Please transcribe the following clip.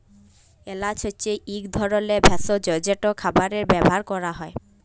এল্যাচ হছে ইক ধরলের ভেসজ যেট খাবারে ব্যাভার ক্যরা হ্যয়